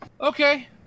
Okay